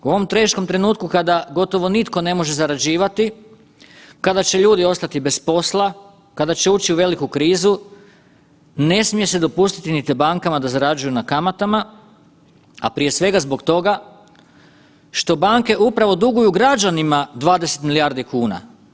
U ovom teškom trenutku kada gotovo nitko ne može zarađivati, kada će ljudi ostati bez posla, kada će ući u veliku krizu ne smije se dopustiti niti bankama da zarađuju na kamatama, a prije svega zbog toga što banke upravo duguju građanima 20 milijardi kuna.